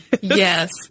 Yes